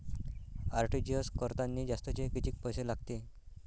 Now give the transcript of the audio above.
RTGS करतांनी जास्तचे कितीक पैसे लागते?